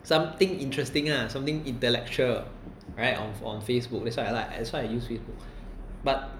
something interesting lah something intellectual right on on Facebook that's why I like that's why I use Facebook but